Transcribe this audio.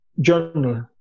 journal